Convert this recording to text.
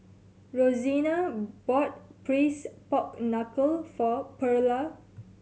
Rosena bought Braised Pork Knuckle for Pearla